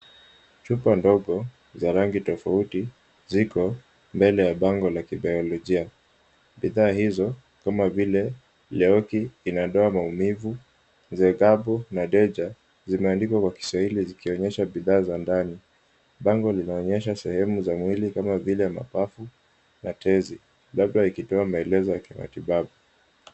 Chupa ndogo za rangi tofauti ziko mbele ya bango la kibaolojia. Bidhaa hizo kama vile Leoki inaondoa maumivu ,zekapo na deja zimeandikwa kwa Kiswahilii ,zikionyesha bidhaa za ndani. Bango linaonyesha sehemu za mwili kama vile mapafu na tezi ambapo ikipewa maelezo ya matibabu.